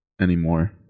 anymore